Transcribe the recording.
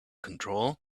control